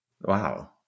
Wow